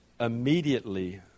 immediately